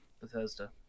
Bethesda